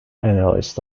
analyst